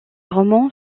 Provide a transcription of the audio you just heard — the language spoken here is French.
romans